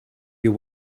you